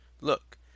Look